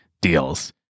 deals